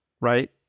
right